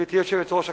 גברתי היושבת-ראש,